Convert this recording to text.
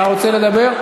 אתה רוצה לדבר?